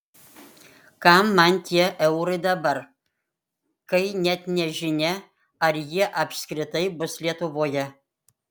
kam man tie eurai dabar kai net nežinia ar jie apskritai bus lietuvoje